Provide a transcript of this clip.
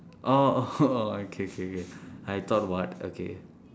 oh okay K K I thought what okay